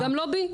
גם לא בי.